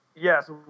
Yes